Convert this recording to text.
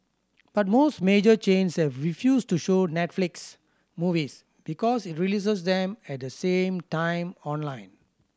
but most major chains have refused to show Netflix movies because it releases them at the same time online